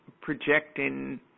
projecting